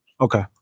Okay